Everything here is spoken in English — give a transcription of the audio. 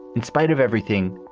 in spite of everything,